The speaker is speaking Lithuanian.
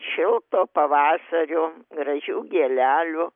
šilto pavasario gražių gėlelių